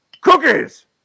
cookies